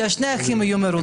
שני האחים יהיו מרוצים.